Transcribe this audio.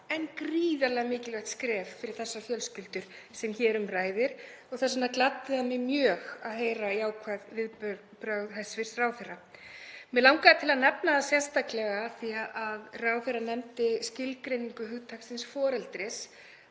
en gríðarlega mikilvægt skref fyrir þessar fjölskyldur sem hér um ræðir. Þess vegna gladdi það mig mjög að heyra jákvæð viðbrögð hæstv. ráðherra. Mig langaði til að nefna það sérstaklega af því að ráðherrann nefndi skilgreiningu hugtaksins foreldris